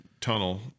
tunnel